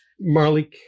marley